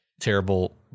terrible